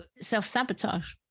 self-sabotage